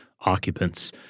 occupants